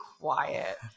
quiet